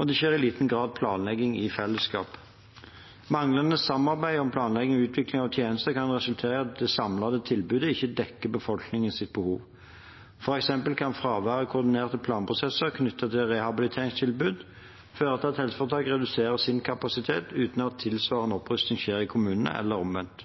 og det skjer i liten grad planlegging i fellesskap. Manglende samarbeid om planlegging og utvikling av tjenester kan resultere i at det samlede tilbudet ikke dekker befolkningens behov. For eksempel kan fravær av koordinerte planprosesser knyttet til rehabiliteringstilbud føre til at helseforetak reduserer sin kapasitet uten at en tilsvarende opprustning skjer i kommunene – eller omvendt.